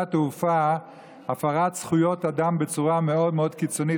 התעופה הפרת זכויות אדם בצורה מאוד מאוד קיצונית,